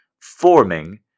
forming